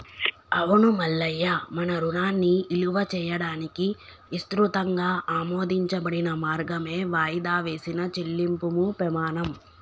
అవును మల్లయ్య మన రుణాన్ని ఇలువ చేయడానికి ఇసృతంగా ఆమోదించబడిన మార్గమే వాయిదా వేసిన చెల్లింపుము పెమాణం